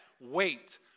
wait